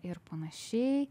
ir panašiai